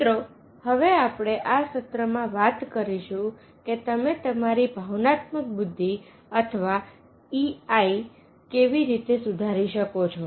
મિત્રો હવે આપણે આ સત્રમાં વાત કરીશું કે તમે તમારી ભાવનાત્મક બુદ્ધિ અથવા EI કેવી રીતે સુધારી શકો છો